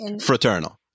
Fraternal